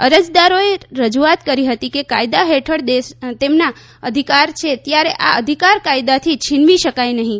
અરજદારોએ રજૂઆત કરી હતી કે કાયદા હેઠળ તેમના અધિકાર છે ત્યારે આ અધિકાર કાયદાથી છીનવી શકાય નહીં